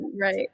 right